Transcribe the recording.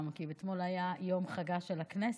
כי אתמול היה יום חגה של הכנסת,